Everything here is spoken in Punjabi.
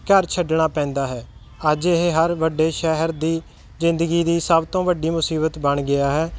ਘਰ ਛੱਡਣਾ ਪੈਂਦਾ ਹੈ ਅੱਜ ਇਹ ਹਰ ਵੱਡੇ ਸ਼ਹਿਰ ਦੀ ਜ਼ਿੰਦਗੀ ਦੀ ਸਭ ਤੋਂ ਵੱਡੀ ਮੁਸੀਬਤ ਬਣ ਗਿਆ ਹੈ